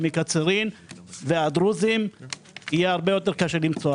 מקצרין ומיישובי הדרוזים יהיה הרבה יותר קשה למצוא עבודה.